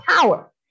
power